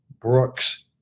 brooks